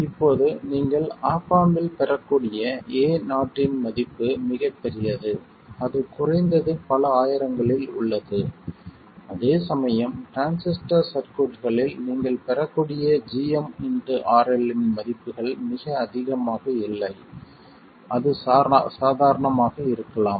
இப்போது நீங்கள் op amp இல் பெறக்கூடிய Ao இன் மதிப்பு மிகப் பெரியது அது குறைந்தது பல ஆயிரங்களில் உள்ளது அதேசமயம் டிரான்சிஸ்டர் சர்க்யூட்களில் நீங்கள் பெறக்கூடிய gmRL இன் மதிப்புகள் மிக அதிகமாக இல்லை அது சாதாரணமாக இருக்கலாம்